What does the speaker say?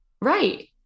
Right